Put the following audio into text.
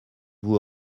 vous